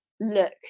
look